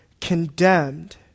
condemned